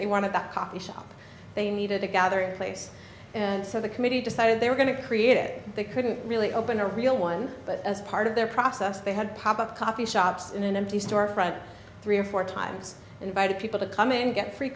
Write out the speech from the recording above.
they wanted that coffee shop they needed a gathering place and so the committee decided they were going to create it they couldn't really open a real one but as part of their process they had pop up coffee shops in an empty storefront three or four times invited people to come and get free